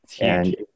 And-